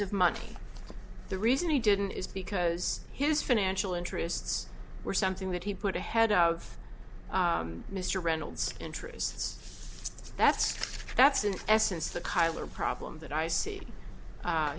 of money the reason he didn't is because his financial interests were something that he put ahead of mr reynolds interests that's that's in essence the kyler problem that i see